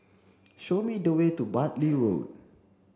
show me the way to Bartley Road